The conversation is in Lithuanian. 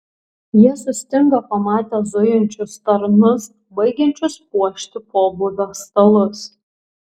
jie sustingo pamatę zujančius tarnus baigiančius puošti pobūvio stalus